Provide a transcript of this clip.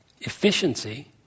efficiency